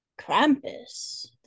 Krampus